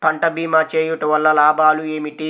పంట భీమా చేయుటవల్ల లాభాలు ఏమిటి?